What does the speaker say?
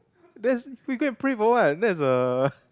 that's you go and put it for what that's a